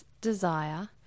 desire